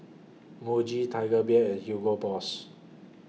Muji Tiger Beer and Hugo Boss